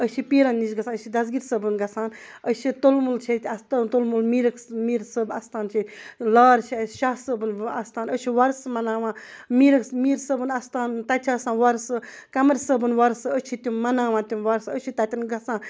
أسۍ چھِ پیٖرَن نِش گژھان أسۍ دَسگیٖر صٲبُن گژھان أسۍ چھِ تُلمُل چھُ ییٚتہِ اَستان تُلمُل میٖرَک میٖر صٲب اَستان چھُ لارٕ چھِ اَسہِ شاہ صٲبُن اَستان أسۍ چھِ وۄرثہٕ مَنانوان میٖرَک میٖر صٲبُن اَستان تَتہِ چھِ آسان وۄرثہٕ قمر صٲبُن وۄرثہٕ أسۍ چھِ تِم مَناوان تِم وۄرثہٕ أسۍ چھِ تَتٮ۪ن گژھان